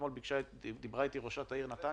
אתמול דיברה איתי ראש העיר נתניה